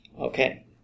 Okay